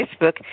Facebook